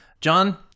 John